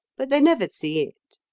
but they never see it